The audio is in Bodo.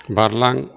बारलां